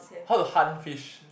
how to hunt fish